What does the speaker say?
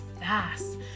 fast